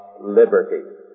liberty